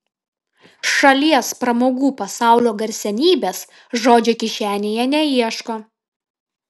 šalies pramogų pasaulio garsenybės žodžio kišenėje neieško